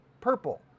purple